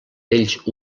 bells